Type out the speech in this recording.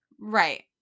Right